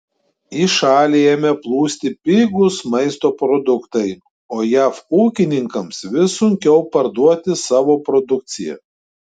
į šalį ėmė plūsti pigūs maisto produktai o jav ūkininkams vis sunkiau parduoti savo produkciją